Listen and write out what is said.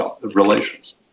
relations